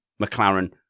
McLaren